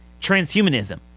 Transhumanism